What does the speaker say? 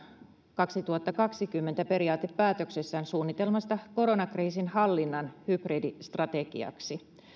kaksituhattakaksikymmentä periaatepäätöksessään suunnitelmasta koronakriisin hallinnan hybridistrategiaksi